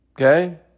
Okay